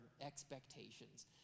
expectations